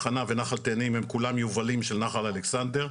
הם יובלים של נחל אלכסנדר,